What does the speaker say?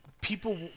people